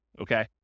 okay